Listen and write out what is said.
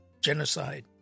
genocide